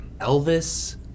Elvis